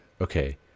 okay